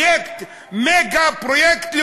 מגה-פרויקט,